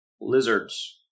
lizards